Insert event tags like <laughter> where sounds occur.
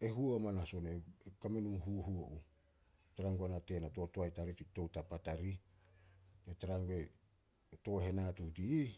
E huo hamanas on, <hesitation> kame <unintelligible> huhuo uh. Tara guana to toae tarih, toutapa tarih, na tara <unintelligible> tooh henatuut i ih,